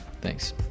Thanks